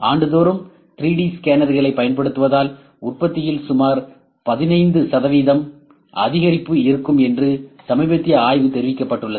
ஆண்டுதோறும் 3டி ஸ்கேனர்களைப் பயன்படுத்துவதால் உற்பத்தியில் சுமார் 15 சதவீதம் அதிகரிப்பு இருக்கும் என்று சமீபத்திய ஆய்வில் தெரிவிக்கப்பட்டுள்ளது